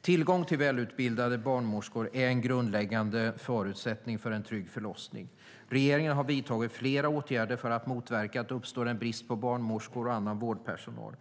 Tillgång till välutbildade barnmorskor är en grundläggande förutsättning för en trygg förlossning. Regeringen har vidtagit flera åtgärder för att motverka att det uppstår en brist på barnmorskor och annan vårdpersonal.